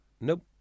Nope